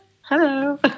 Hello